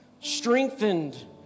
strengthened